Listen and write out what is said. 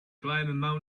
climb